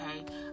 okay